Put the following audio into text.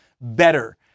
better